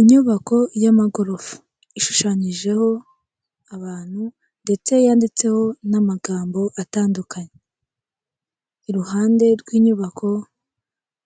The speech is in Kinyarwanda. Inyubako y'amagorofa ishushanyijeho abantu ndetse yanditseho n'amagambo atandukanye, iruhande rw'inyubako